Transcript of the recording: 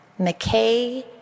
McKay